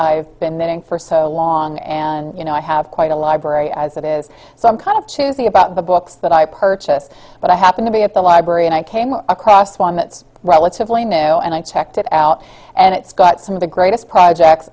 i've been there for so long and you know i have quite a library that is so i'm kind of choosy about the books that i purchased but i happen to be at the library and i came across one that's relatively new and i checked it out and it's got some of the greatest projects